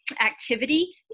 activity